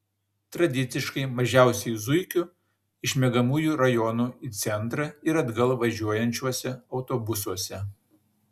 tradiciškai mažiausia zuikių iš miegamųjų rajonų į centrą ir atgal važiuojančiuose autobusuose